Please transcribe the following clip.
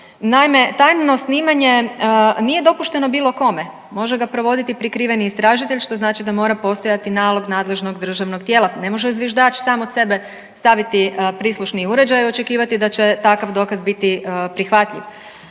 Naime, tajno snimanje nije dopušteno bilo kome, može ga provoditi prikriveni istražitelj, što znači da mora postojati nalog nadležnog državnog tijela, ne može zviždač sam od sebe staviti prislušni uređaj i očekivati da će takav dokaz biti prihvatljiv.